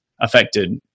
affected